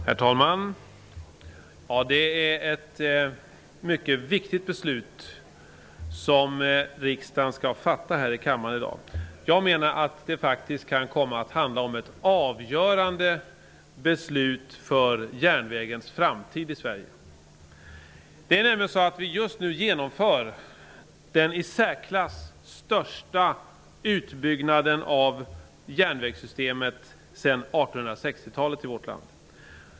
Herr talman! Det är ett mycket viktigt beslut som riksdagen skall fatta i kammaren i dag. Det kan faktiskt komma att handla om ett avgörande beslut för järnvägens framtid i Sverige. Vi genomför just nu den i särklass största utbyggnaden av järnvägssystemet sedan 1860-talet i vårt land.